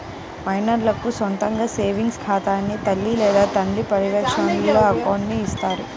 మైనర్లకు సొంతగా సేవింగ్స్ ఖాతాని తల్లి లేదా తండ్రి పర్యవేక్షణలోనే అకౌంట్ని ఇత్తారు